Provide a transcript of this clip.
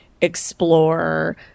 explore